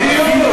בדיוק.